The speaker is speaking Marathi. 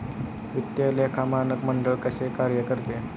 वित्तीय लेखा मानक मंडळ कसे कार्य करते?